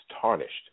tarnished